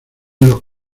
los